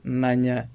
nanya